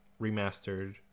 Remastered